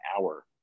hour